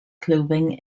clothing